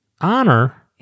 honor